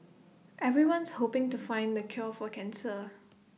everyone's hoping to find the cure for cancer